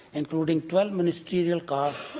including twelve ministerial cars,